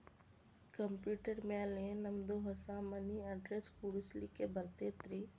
Computer ಮ್ಯಾಲೆ ನಮ್ದು ಹೊಸಾ ಮನಿ ಅಡ್ರೆಸ್ ಕುಡ್ಸ್ಲಿಕ್ಕೆ ಬರತೈತ್ರಿ?